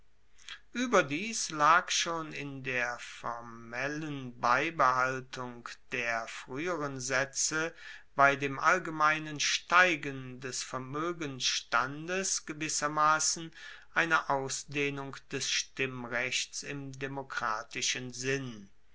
ueberdies lag schon in der formeller beibehaltung der frueheren saetze bei dem allgemeinen steigen des vermoegensstandes gewissermassen eine ausdehnung des stimmrechts im demokratischen sinn